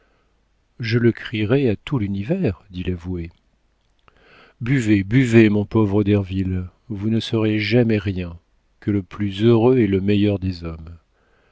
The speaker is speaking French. je le crierais à tout l'univers dit l'avoué buvez buvez mon pauvre derville vous ne serez jamais rien que le plus heureux et le meilleur des hommes